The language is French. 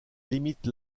limite